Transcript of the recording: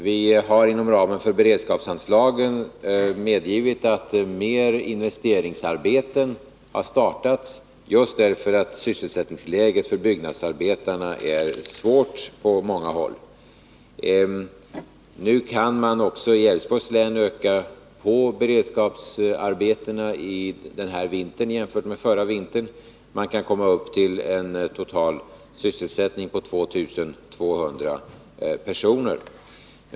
Vi har inom ramen för beredskapsanslagen medgivit att fler investeringsarbeten har startat, just därför att sysselsättningsläget för byggnadsarbetarna är svårt på många håll. Nu kan man också i Älvsborgs län öka på beredskapsarbetena denna vinter jämfört med förra vintern och komma upp i en total sysselsättning av 2200 personer.